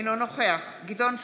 אינו נוכח גדעון סער,